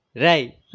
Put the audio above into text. right